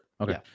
okay